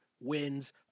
wins